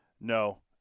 No